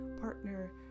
partner